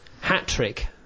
hat-trick